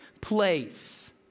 place